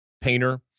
painter